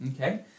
okay